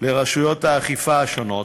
לרשויות האכיפה השונות,